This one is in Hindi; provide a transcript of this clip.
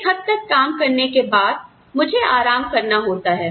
एक हद तक काम करने के बाद मुझे आराम करना होता है